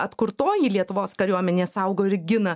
atkurtoji lietuvos kariuomenė saugo ir gina